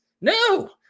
No